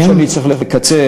ומכיוון שאני צריך לקצר,